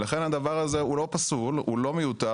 ולכן הדבר הזה הוא לא פסול, הוא לא מיותר.